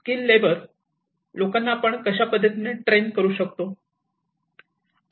skill labour लोकांना आपण कशा पद्धतीने ट्रेन करू शकतो